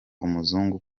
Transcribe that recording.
umuzungu